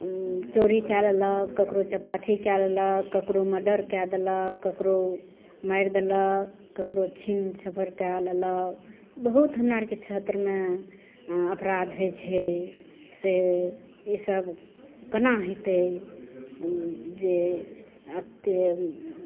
चोरी करेलक ककरो चपाटी कए लेलक ककरो मर्डर कए देलक ककरो मारि देलक ककरो छिन झपट कए लेलक बहुत हमरा अरके क्षेत्रमे अपराध होइ छै से ईसब केना हेतय जे अते